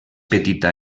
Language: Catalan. petita